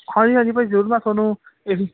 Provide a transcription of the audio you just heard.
ਹਾਂਜੀ ਹਾਂਜੀ ਭਾਅ ਜੀ ਜਰੂਰ ਮੈਂ ਥੋਨੂੰ ਏਹੀ